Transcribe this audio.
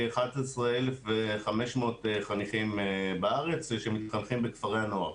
כ-11,500 חניכים בארץ שמתחנכים בכפרי הנוער.